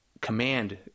command